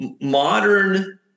modern